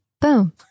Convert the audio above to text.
Boom